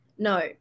no